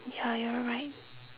ya you're right